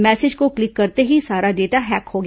message को click करते ही सारा डाटा हैक हो गया